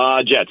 Jets